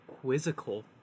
quizzical